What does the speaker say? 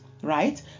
Right